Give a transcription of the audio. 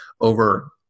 over